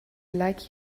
like